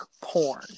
porn